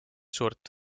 suurt